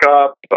up